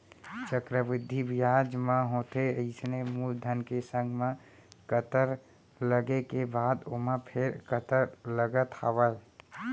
चक्रबृद्धि बियाज म होथे अइसे मूलधन के संग म कंतर लगे के बाद ओमा फेर कंतर लगत हावय